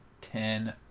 ten